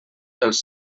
els